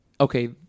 okay